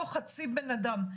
לא חצי בן אדם".